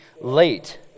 late